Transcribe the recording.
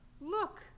Look